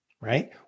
Right